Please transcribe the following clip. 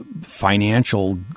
financial